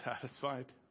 satisfied